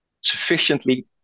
sufficiently